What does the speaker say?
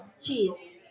cheese